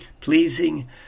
Pleasing